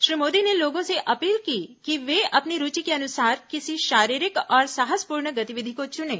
श्री मोदी ने लोगों से अपील की कि वे अपनी रूचि के अनुसार किसी शारीरिक और साहसपूर्ण गतिविधि को चुनें